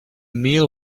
meal